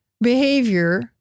behavior